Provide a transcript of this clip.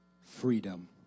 freedom